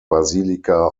basilica